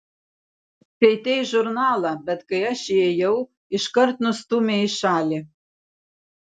skaitei žurnalą bet kai aš įėjau iškart nustūmei į šalį